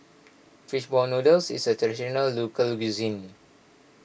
Fish Ball Noodles is a Traditional Local Cuisine